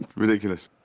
ridiculous.